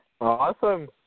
Awesome